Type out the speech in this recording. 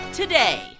today